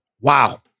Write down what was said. Wow